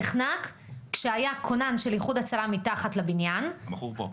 נחנק כשהיה כונן של איחוד הצלה מתחת לבניין -- הבחור פה,